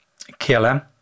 KLM